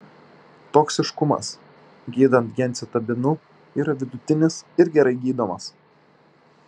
toksiškumas gydant gemcitabinu yra vidutinis ir gerai gydomas